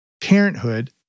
Parenthood